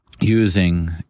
using